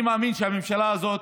אני מאמין שהממשלה הזאת,